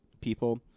people